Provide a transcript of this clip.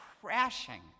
crashing